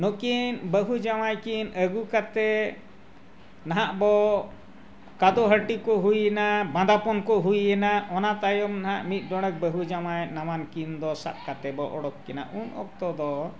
ᱱᱩᱠᱤᱱ ᱵᱟᱹᱦᱩ ᱡᱟᱶᱟᱭ ᱠᱤᱱ ᱟᱹᱜᱩ ᱠᱟᱛᱮᱫ ᱱᱟᱦᱟᱜ ᱵᱚᱱ ᱠᱟᱫᱚ ᱦᱟᱹᱴᱤ ᱠᱚ ᱦᱩᱭᱮᱱᱟ ᱵᱟᱸᱫᱟᱯᱚᱱ ᱠᱚ ᱦᱩᱭᱮᱱᱟ ᱚᱱᱟ ᱛᱟᱭᱚᱢ ᱱᱟᱜ ᱢᱤᱫ ᱰᱚᱸᱰᱮᱠ ᱵᱟᱹᱦᱩ ᱡᱟᱶᱟᱭ ᱱᱟᱣᱟᱱ ᱠᱤᱱ ᱫᱚ ᱥᱟᱵ ᱠᱟᱛᱮᱫ ᱵᱚᱱ ᱚᱰᱚᱠ ᱠᱤᱱᱟᱹ ᱩᱱ ᱚᱠᱛᱚ ᱫᱚ